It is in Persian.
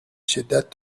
شدت